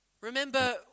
Remember